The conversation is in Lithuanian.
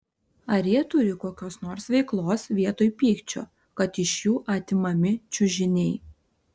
ar jie turi kokios nors veiklos vietoj pykčio kad iš jų atimami čiužiniai